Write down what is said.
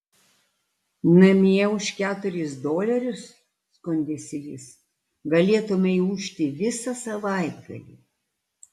namie už keturis dolerius skundėsi jis galėtumei ūžti visą savaitgalį